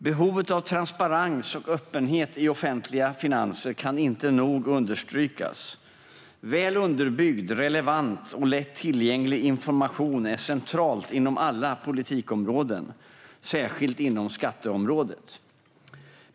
Behovet av transparens och öppenhet i offentliga finanser kan inte nog understrykas. Välunderbyggd, relevant och lättillgänglig information är centralt inom alla politikområden, särskilt inom skatteområdet.